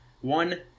One